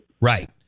Right